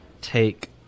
take